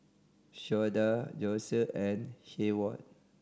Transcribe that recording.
Shawnda Josef and Heyward